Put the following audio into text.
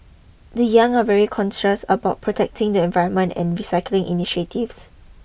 the young are very conscious about protecting the environment and recycling initiatives